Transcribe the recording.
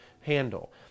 handle